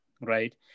right